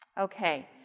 okay